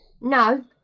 No